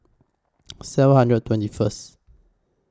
seven hundred twenty First